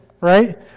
right